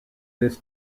this